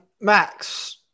Max